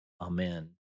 Amen